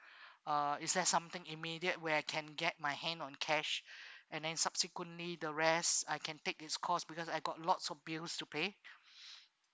uh is there something immediate where I can get my hand on cash and then subsequently the rest I can take this cost because I got lots of bills to pay